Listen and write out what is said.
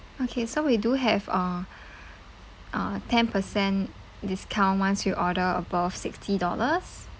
okay so we do have uh uh ten percent discount once you order above sixty dollars